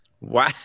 Wow